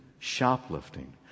shoplifting